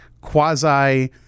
quasi